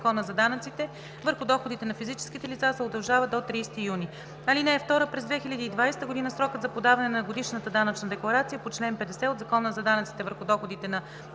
юни. (2) През 2020 г. срокът за подаване на годишната данъчна декларация по чл. 50 от Закона за данъците върху доходите на